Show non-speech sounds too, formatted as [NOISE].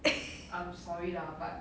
[LAUGHS]